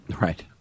Right